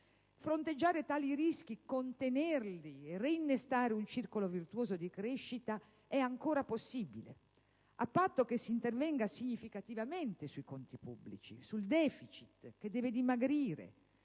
Fronteggiare tali rischi, contenerli e reinnestare un circolo virtuoso di crescita è ancora possibile, a patto che si intervenga significativamente sui conti pubblici: sul *deficit*, che deve dimagrire